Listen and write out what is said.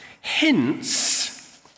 hints